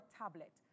tablet